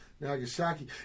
Nagasaki